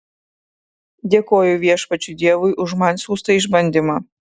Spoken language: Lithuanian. dėkoju viešpačiui dievui už man siųstą išbandymą